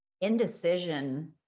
Indecision